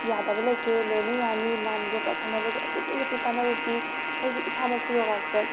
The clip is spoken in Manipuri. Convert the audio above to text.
ꯌꯥꯗꯕ ꯂꯩꯇꯦ ꯂꯣꯏꯅ ꯌꯥꯅꯤ ꯌꯣꯒꯥ ꯁꯥꯟꯅꯕꯁꯦ ꯑꯗꯨꯛꯀꯤ ꯃꯇꯤꯛ ꯀꯥꯟꯅꯕ ꯄꯤ ꯑꯩꯁꯦ ꯏꯁꯥꯃꯛꯁꯨ ꯌꯣꯒꯥꯗ